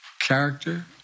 character